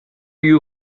you